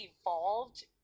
evolved